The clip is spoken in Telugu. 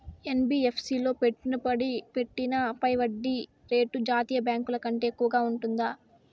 యన్.బి.యఫ్.సి లో పెట్టిన పెట్టుబడి పై వడ్డీ రేటు జాతీయ బ్యాంకు ల కంటే ఎక్కువగా ఉంటుందా?